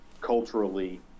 culturally